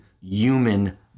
human